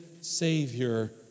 Savior